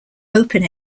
open